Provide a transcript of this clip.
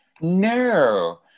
no